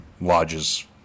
lodges